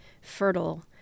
fertile